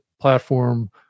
platform